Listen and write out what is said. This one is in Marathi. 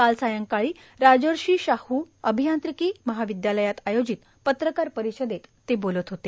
काल सायंकाळी राजर्षी शाह अभियांत्रिकी महाविद्यालयात आयोजित पत्रकार परिषदेत ते बोलत होते